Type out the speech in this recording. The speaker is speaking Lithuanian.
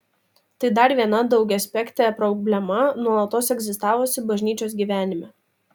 tai dar viena daugiaaspektė problema nuolatos egzistavusi bažnyčios gyvenime